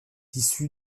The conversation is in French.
issue